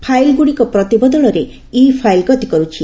ଫାଇଲଗୁଡ଼ିକ ପ୍ରତିବଦଳରେ e file ଗତି କରୁଛି